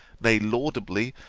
nay laudably,